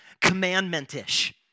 commandment-ish